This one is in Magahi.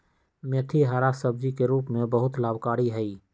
मेथी हरा सब्जी के रूप में बहुत लाभकारी हई